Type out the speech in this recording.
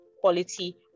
quality